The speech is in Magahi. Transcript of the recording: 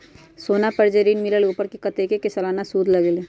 सोना पर जे ऋन मिलेलु ओपर कतेक के सालाना सुद लगेल?